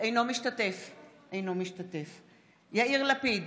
אינו משתתף בהצבעה יאיר לפיד,